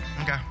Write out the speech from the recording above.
Okay